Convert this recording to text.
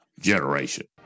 generation